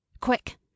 Quick